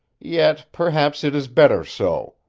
yet perhaps it is better so.